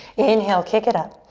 inhale, kick it up.